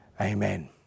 amen